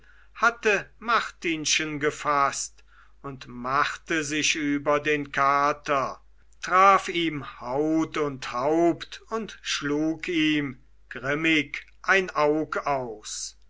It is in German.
hatte martinchen einen knüttel gefaßt und machte sich über den kater traf ihm haut und haupt und schlug ihm grimmig ein aug aus